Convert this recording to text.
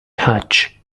hatch